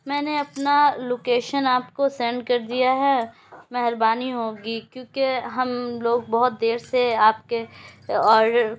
میں نے اپنا لوکیشن آپ کو سینڈ کر دیا ہے مہربانی ہوگی کیوںکہ ہم لوگ بہت دیر سے آپ کے آڈر